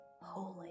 holy